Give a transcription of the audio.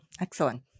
excellent